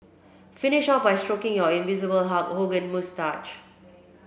finish off by stroking your invisible Hulk Hogan moustache